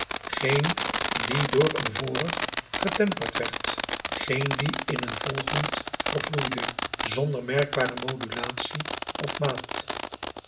geen die door een vorig getemperd werd geen die in een volgend vervloeide zonder merkbare modulatie of maat